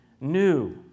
New